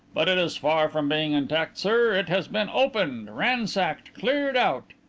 but it is far from being intact, sir. it has been opened ransacked, cleared out.